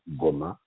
goma